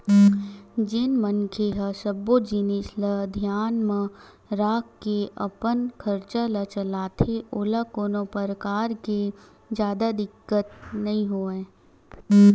जेन मनखे ह सब्बो जिनिस ल धियान म राखके अपन खरचा ल चलाथे ओला कोनो परकार ले जादा दिक्कत नइ होवय